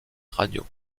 radio